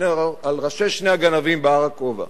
על ראשי שני הגנבים בער הכובע,